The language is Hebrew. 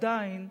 עדיין,